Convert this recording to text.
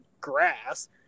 grass